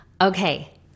Okay